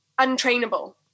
untrainable